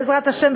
בעזרת השם,